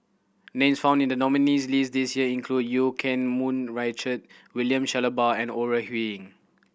names found in the nominees' list this year include Eu Keng Mun Richard William Shellabear and Ore Huiying